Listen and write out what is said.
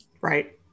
Right